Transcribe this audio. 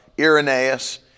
Irenaeus